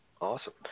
awesome